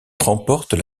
remportent